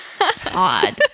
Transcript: odd